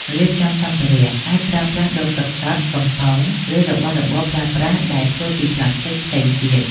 រៀបចំសម្ភារៈ អាចប្រើប្រាស់ដបទឹកសុទ្ធ កំប៉ុង ឬរបស់របរប្រើប្រាស់ដែលធ្វើពីផ្លាស្ទិកផ្សេងទៀត។